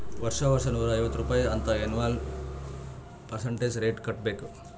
ವರ್ಷಾ ವರ್ಷಾ ನೂರಾ ಐವತ್ತ್ ರುಪಾಯಿ ಅಂತ್ ಎನ್ವಲ್ ಪರ್ಸಂಟೇಜ್ ರೇಟ್ ಕಟ್ಟಬೇಕ್